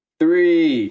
three